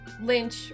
lynch